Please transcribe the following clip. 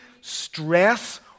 stress